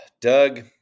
Doug